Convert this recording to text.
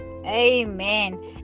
amen